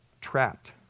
trapped